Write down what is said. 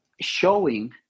showing